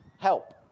help